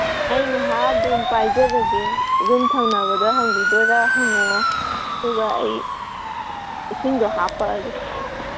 ꯑꯩ ꯉꯥꯏꯍꯥꯛ ꯑꯗꯨꯝ ꯄꯥꯏꯖꯔꯒꯦ ꯌꯨꯝ ꯊꯧꯅꯕꯗ ꯍꯪꯕꯤꯗꯣꯏꯔꯥ ꯍꯪꯉꯛꯑꯣ ꯑꯗꯨꯒ ꯑꯩ ꯏꯁꯤꯡꯗꯣ ꯍꯥꯞꯄꯛꯑꯒꯦ